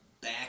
back